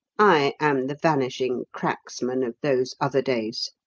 i am the vanishing cracksman of those other days.